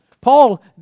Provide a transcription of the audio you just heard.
Paul